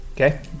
Okay